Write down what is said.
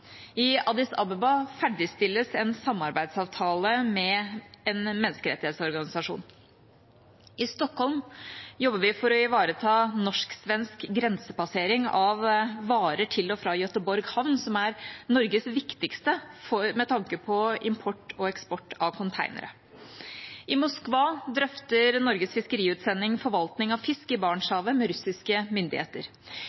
I Addis Abeba ferdigstilles en samarbeidsavtale med en menneskerettighetsorganisasjon. I Stockholm jobber vi for å ivareta norsk-svensk grensepassering av varer til og fra Göteborg havn, som er Norges viktigste med tanke på eksport og import av containere. I Moskva drøfter Norges fiskeriutsending forvaltning av fisk i